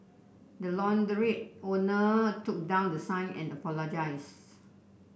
the launderette owner took down the sign and apologised